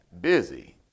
busy